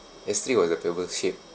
S three was a pebble shape